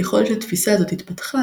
ככל שהתפיסה הזאת התפתחה,